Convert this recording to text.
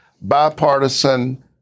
bipartisan